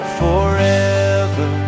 forever